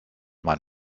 mein